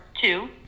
two